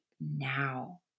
now